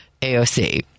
AOC